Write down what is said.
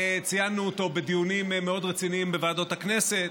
ציינו אותו בדיונים מאוד רציניים בוועדות הכנסת.